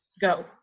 Go